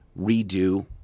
redo